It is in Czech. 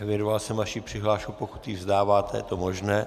Evidoval jsem vaši přihlášku, pokud ji vzdáváte, je to možné.